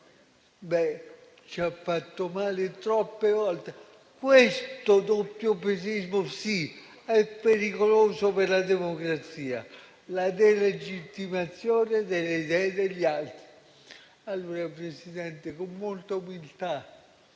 noi ci ha fatto male troppe volte. Questo doppiopesismo, sì, è pericoloso per la democrazia: la delegittimazione delle idee degli altri. Signora Presidente, con molta umiltà,